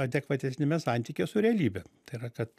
adekvatesniame santykyje su realybe tai yra kad